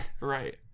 right